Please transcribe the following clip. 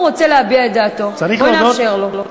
הוא רוצה להביע את דעתו, בואי נאפשר לו.